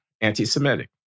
anti-Semitic